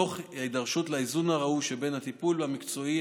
תוך הידרשות לאיזון הראוי שבין הטיפול המקצועי,